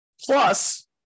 Plus